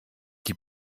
die